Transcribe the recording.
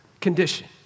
condition